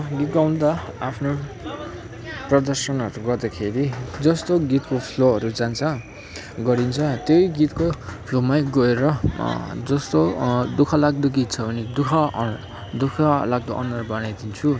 गीत गाउँदा आफ्नो प्रदर्शनहरू गर्दाखेरि जस्तो गीतको फ्लोहरू जान्छ गरिन्छ त्यही गीतको फ्लोमै गएर जस्तो दुःखलाग्दो गीत छ भने दुःख अन् दुःखलाग्दो अनुहार बनाइदिन्छु